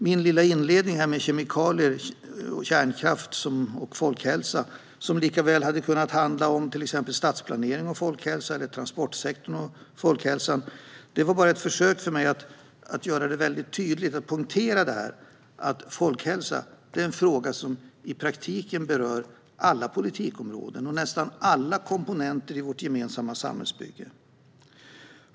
Min lilla inledning om kemikalier, kärnkraft och folkhälsa, som lika väl hade kunnat handla om stadsplanering och folkhälsa eller transportsektorn och folkhälsa var enbart ett sätt för mig att tydligt poängtera detta att folkhälsa är en fråga som i praktiken berör alla politikområden och nästan alla komponenter i vårt gemensamma samhällsbygge.